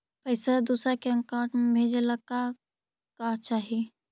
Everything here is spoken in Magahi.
पैसा दूसरा के अकाउंट में भेजे ला का का चाही?